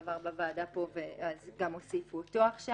הוא עבר פה בוועדה, אז הוסיפו גם אותו עכשיו.